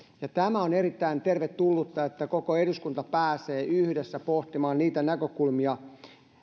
on erittäin tervetullutta että koko eduskunta pääsee yhdessä pohtimaan niitä näkökulmia